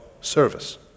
service